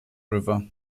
river